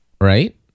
Right